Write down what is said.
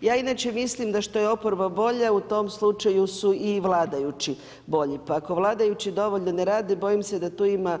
Ja inače mislim da što je oporba bolja u tom slučaju su i vladajući bolji pa ako vladajući dovoljno ne rade bojim se da tu ima